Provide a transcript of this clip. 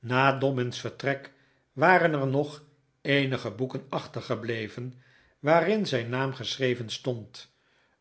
na dobbin's vertrek waren er nog eenige boeken achtergebleven waarin zijn naam geschreven stond